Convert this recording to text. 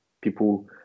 People